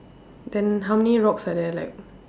then how many rocks are there like